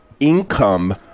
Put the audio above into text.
income